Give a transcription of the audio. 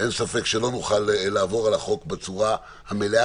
אין ספק שלא נוכל לעבור על החוק בצורה המלאה,